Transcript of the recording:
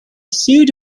sued